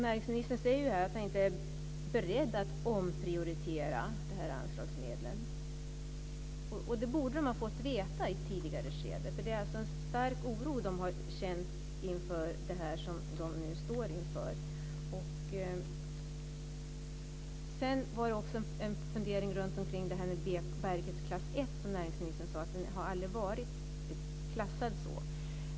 Näringsministern säger att han inte är beredd att omprioritera de här anslagsmedlen. Det borde de ha fått veta i ett tidigare skede, för de har känt en stark oro över det som de nu står inför. Sedan har jag också en fundering om bärighetsklass 1, som näringsministern sade att Sandöbroarna aldrig har haft.